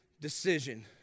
decision